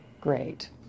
great